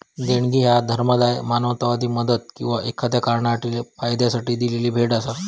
देणगी ह्या धर्मादाय, मानवतावादी मदत किंवा एखाद्यो कारणासाठी फायद्यासाठी दिलेली भेट असा